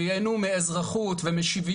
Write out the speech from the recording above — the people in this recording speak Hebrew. כשאנחנו מדברים על מערכת חינוך,